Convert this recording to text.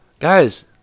Guys